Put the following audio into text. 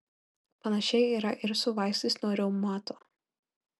panašiai yra ir su vaistais nuo reumato